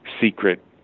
secret